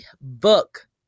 book